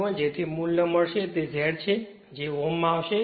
1 તેથી જે પણ મૂલ્ય મળશે તે Z છે જે ખરેખર ઓહમ મૂલ્યમાં છે તેથી તે 0